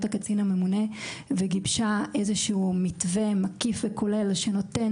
הקצין הממונה וגיבשה איזה שהוא מתווה מקיף וכולל שנותן